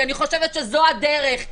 כי אני חושבת שזאת הדרך,